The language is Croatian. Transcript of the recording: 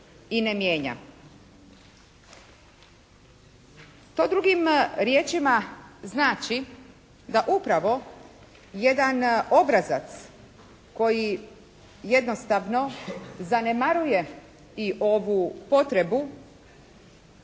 To drugim riječima znači da upravo jedan obrazac koji jednostavno zanemaruje i ovu potrebu